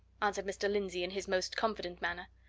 answered mr. lindsey in his most confident manner.